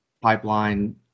pipeline